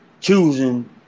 choosing